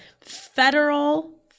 Federal